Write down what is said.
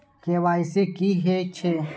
KYC की हे छे?